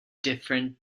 different